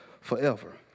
forever